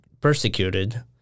persecuted